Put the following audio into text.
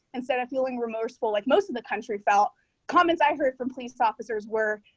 instead of feeling remorseful like most of the country felt comments. i heard from police officers were.